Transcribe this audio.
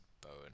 Bowen